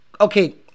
okay